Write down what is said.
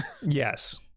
Yes